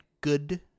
good